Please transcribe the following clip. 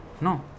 No